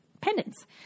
pendants